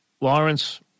Lawrence